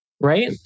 right